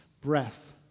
breath